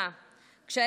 כשההגה בידיך,